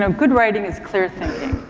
um good writing is clear thinking.